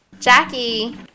Jackie